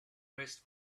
raised